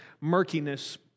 murkiness